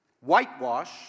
whitewash